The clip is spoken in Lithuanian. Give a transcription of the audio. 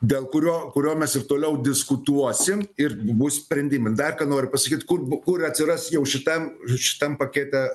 dėl kurio kurio mes ir toliau diskutuosim ir bus sprendimai dar ką noriu pasakyt kur b kur atsiras jau šitam šitam pakete